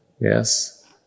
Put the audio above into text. yes